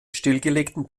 stillgelegten